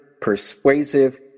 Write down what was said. persuasive